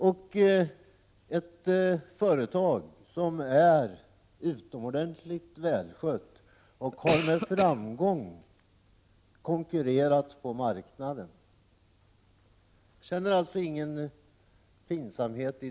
Det är ett företag som är utomordentligt välskött och som med framgång har konkurrerat på marknaden.